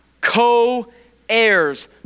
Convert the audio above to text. Co-heirs